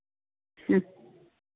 മ്മ്